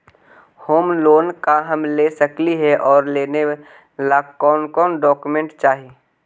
Home loan का हम ले सकली हे, और लेने ला कोन कोन डोकोमेंट चाही?